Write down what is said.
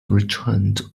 returned